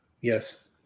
Yes